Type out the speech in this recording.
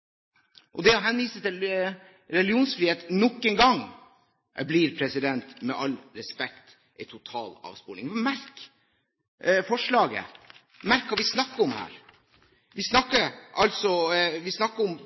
det. Det å henvise til religionsfrihet nok en gang blir – med all respekt – en total avsporing. Merk forslaget, merk hva vi snakker om her. Vi snakker om